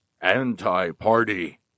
anti-party